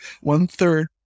one-third